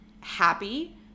happy